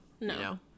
no